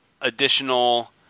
additional